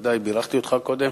ודאי בירכתי אותך קודם.